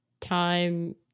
time